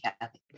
Kathy